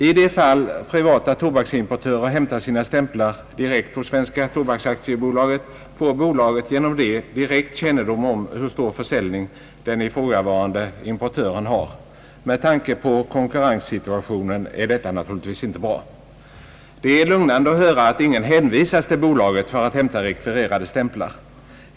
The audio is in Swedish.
I de fall privata tobaksimportörer hämtar sina stämplar direkt hos Svenska tobaksaktiebolaget får bolaget därigenom direkt kännedom om hur stor försäljning den ifrågavarande importören har. Med tanke på konkurrenssituationen är detta naturligtvis inte bra. Det är lugnande att höra att ingen hänvisas till tobaksbolaget för att hämta rekvirerade stämplar.